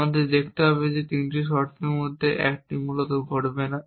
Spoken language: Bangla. আমাদের দেখতে হবে যে এই তিনটি শর্তের মধ্যে একটি মূলত ঘটবে না